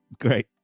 Great